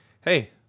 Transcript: Hey